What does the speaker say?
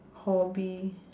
hobby